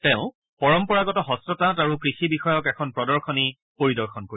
তেওঁ পৰম্পৰাগত হস্ততাঁত আৰু কৃষি বিষয়ক এখন প্ৰদশনী পৰিদৰ্শন কৰিব